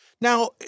Now